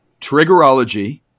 Triggerology